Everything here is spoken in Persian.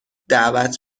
دعوت